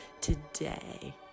Today